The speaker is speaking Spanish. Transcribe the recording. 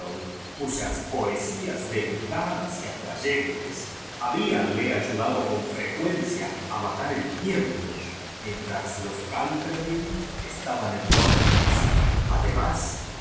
cuyas poesías delicadas y atrayen tes habíanle ayudado con frecuencia a ma tar el tiempo mientras los canterville esta ban en txmdres además